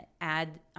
add